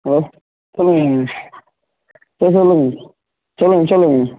hello சொல்லுங்கள் சரி சொல்லுங்க சொல்லுங்க சொல்லுங்கள்